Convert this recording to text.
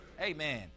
Amen